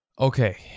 Okay